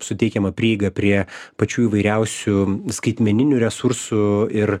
suteikiama prieiga prie pačių įvairiausių skaitmeninių resursų ir